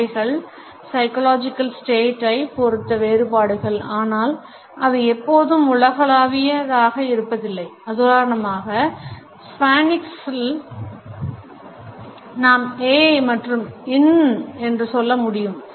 அவைகள் psychological state ஐ பொறுத்து வேறுபடுகின்றன ஆனால் அவை எப்போதும் உலகளாவியதாக இருப்பதில்லை உதாரணமாக ஸ்பானிஷ்ல் நாம் ay மற்றும் in என்று சொல்ல முடியும்